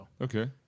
Okay